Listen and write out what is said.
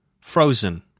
frozen